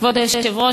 כבוד היושב-ראש,